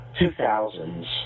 2000s